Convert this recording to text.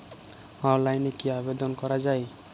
অনলাইনে কি আবেদন করা য়ায়?